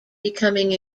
becoming